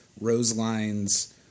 Roseline's